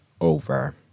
over